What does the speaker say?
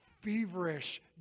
feverish